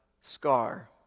scar